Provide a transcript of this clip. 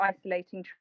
isolating